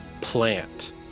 plant